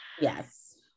Yes